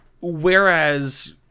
whereas